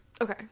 Okay